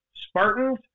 Spartans